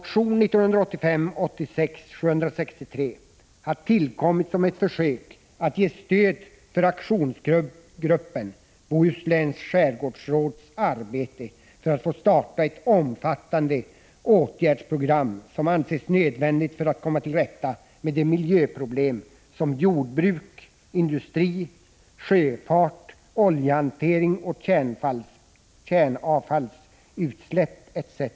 tande åtgärdsprogram som anses nödvändigt för att man skall komma till rätta med de miljöproblem som jordbruk, industri, sjöfart, oljehantering och kärnavfallsutsläpp etc.